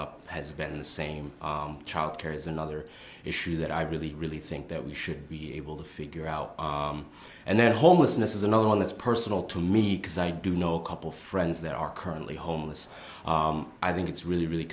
up has been the same childcare is another issue that i really really think that we should be able to figure out and then homelessness is another one that's personal to me because i do know a couple friends that are currently homeless i think it's really really